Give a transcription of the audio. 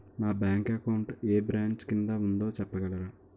నా bank account ఏ branch కిందా ఉందో చెప్పగలరా?